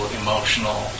emotional